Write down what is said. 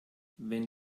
wenn